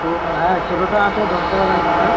ছোটোটা হ্যাঁ ছোটোটা আছে দশ টাকা দামেরটা